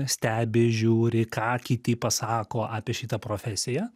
stebi žiūri ką kiti pasako apie šitą profesiją